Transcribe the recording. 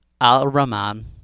al-Rahman